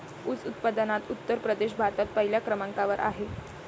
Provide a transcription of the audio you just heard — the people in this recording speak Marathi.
ऊस उत्पादनात उत्तर प्रदेश भारतात पहिल्या क्रमांकावर आहे